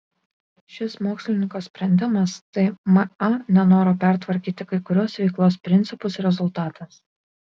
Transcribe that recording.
šis mokslininko sprendimas tai ma nenoro pertvarkyti kai kuriuos veiklos principus rezultatas